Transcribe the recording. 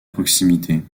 proximité